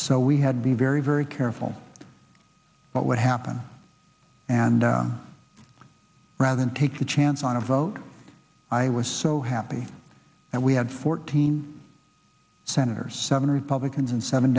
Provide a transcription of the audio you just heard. so we had the very very careful but what happened and rather than take a chance on a vote i was so happy and we had fourteen senators seven republicans and seven